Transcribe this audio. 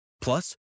Plus